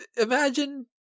imagine